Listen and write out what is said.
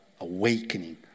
awakening